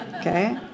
okay